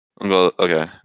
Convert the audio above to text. Okay